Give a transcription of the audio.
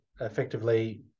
effectively